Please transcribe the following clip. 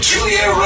Julia